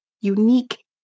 unique